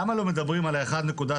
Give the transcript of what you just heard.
למה לא מדברים על ה- ₪1,300,000,000,